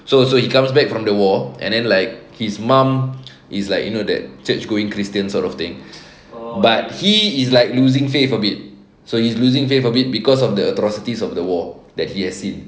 so so he comes back from the war and then like his mum is like you know that church going christians sort of thing but he is like losing faith a bit so he's losing faith a bit cause of the atrocities of the war that he has seen